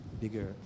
Bigger